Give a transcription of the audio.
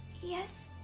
yes.